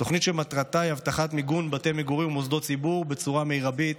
תוכנית שמטרתה היא הבטחת מיגון בתי מגורים ומוסדות ציבור בצורה מרבית,